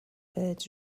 birds